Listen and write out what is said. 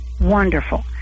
wonderful